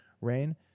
rain